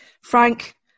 Frank